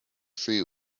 three